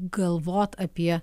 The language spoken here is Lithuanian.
galvot apie